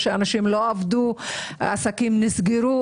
בהן אנשים לא עבדו ועסקים נסגרו.